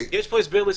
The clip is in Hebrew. יש פה הסבר.